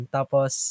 Tapos